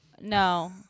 no